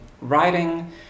Writing